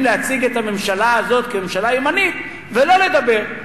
להציג את הממשלה הזאת כממשלה ימנית ולא לדבר.